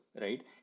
right